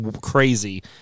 crazy